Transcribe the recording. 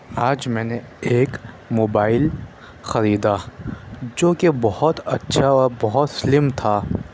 آج میں نے ایک موبائل خریدا جوکہ بہت اچھا اور بہت سِلم تھا